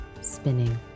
spinning